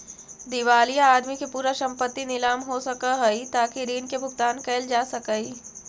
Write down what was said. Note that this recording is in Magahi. दिवालिया आदमी के पूरा संपत्ति नीलाम हो सकऽ हई ताकि ऋण के भुगतान कैल जा सकई